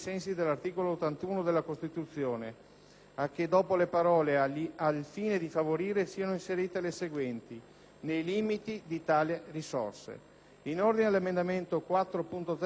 a che, dopo le parole: "al fine di favorire", siano inserite le seguenti: ", nei limiti di tali risorse,". In ordine all'emendamento 4.0.204 il parere è non ostativo,